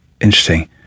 interesting